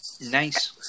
nice